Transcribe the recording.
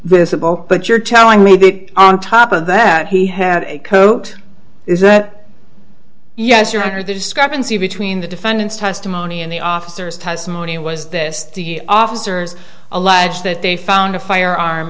bow but you're telling me that on top of that he had a coat is that yes your honor the discrepancy between the defendant's testimony and the officers testimony was this the officers allege that they found a firearm